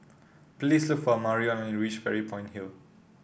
please look for Amarion when you reach Fairy Point Hill